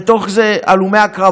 ובתוך זה על הלומי הקרב,